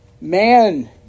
man